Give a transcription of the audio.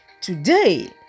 today